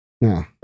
No